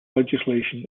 legislation